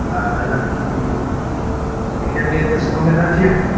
and can you can you hear me at this moment matthew?